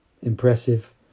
impressive